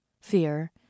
Fear